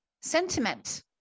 sentiment